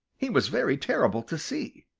he was very terrible to see.